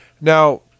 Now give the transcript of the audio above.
Now